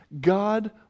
God